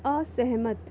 असहमत